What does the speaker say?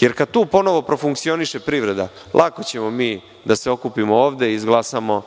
jer kad tu ponovo profunkcioniše privreda, lako ćemo mi da se okupimo ovde i izglasamo